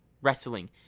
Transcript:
wrestling